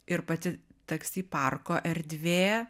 ir pati taksi parko erdvė